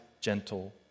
gentle